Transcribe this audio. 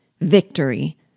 Victory